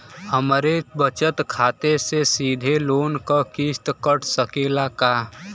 हमरे बचत खाते से सीधे लोन क किस्त कट सकेला का?